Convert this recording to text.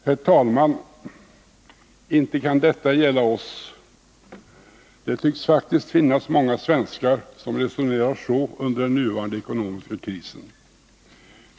Herr talman! Inte kan detta gälla oss! Det tycks faktiskt finnas många svenskar som resonerar så under den nuvarande ekonomiska krisen.